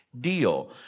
deal